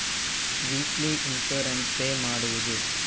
Weekly insurance pay ಮಾಡುವುದ?